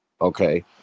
Okay